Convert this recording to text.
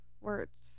words